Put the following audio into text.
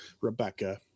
rebecca